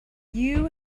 you